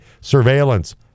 surveillance